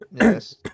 Yes